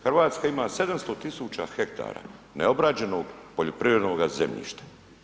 Hrvatska ima 700.000 hektara neobrađenoga poljoprivrednoga zemljišta.